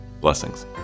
Blessings